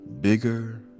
bigger